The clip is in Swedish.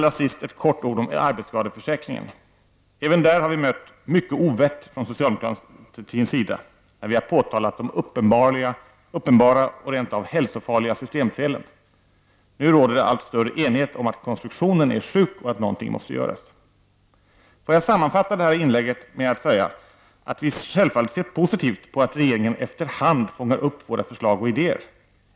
Låt mig allra sist nämna arbetsskadeförsäkringen. Även där har vi mött mycket ovett från socialdemokratins sida när vi påtalat de uppenbara och rent av hälsofarliga systemfelen. Nu råder en allt större enighet om att konstruktionen är sjuk och att någonting måste göras. Får jag sammanfatta det här inlägget så ser vi självfallet positivt på att regeringen efter hand fångar upp våra förslag och idéer.